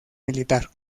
militar